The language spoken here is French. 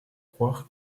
croire